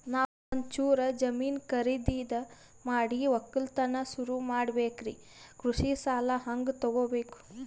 ನಾ ಒಂಚೂರು ಜಮೀನ ಖರೀದಿದ ಮಾಡಿ ಒಕ್ಕಲತನ ಸುರು ಮಾಡ ಬೇಕ್ರಿ, ಕೃಷಿ ಸಾಲ ಹಂಗ ತೊಗೊಬೇಕು?